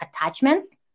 attachments